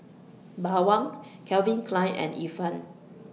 Bawang Calvin Klein and Ifan